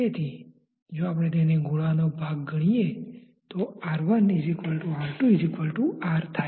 તેથી જો આપણે તેને ગોળાનો ભાગ ગણીએ તો R1 R2 R થાય